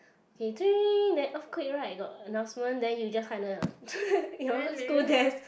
then earthquake right got announcement then you just hide under your your school desk